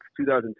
2010